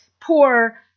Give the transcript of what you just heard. poor